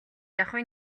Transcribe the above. ахуйн